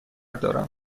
دارم